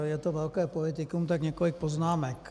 Je to velké politikum, tak několik poznámek.